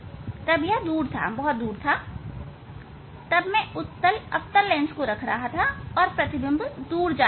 तो यह बहुत दूर था तब मैं उत्तल अवतल लेंस को रख रहा था और प्रतिबिंब दूर जा रहा था